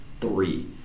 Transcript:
three